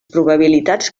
probabilitats